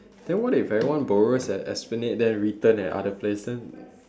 then what if everyone borrows at esplanade and return at other place then